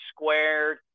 squared